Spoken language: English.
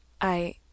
I—